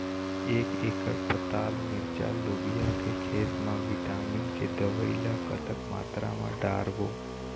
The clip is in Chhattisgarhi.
एक एकड़ पताल मिरचा लोबिया के खेत मा विटामिन के दवई ला कतक मात्रा म डारबो?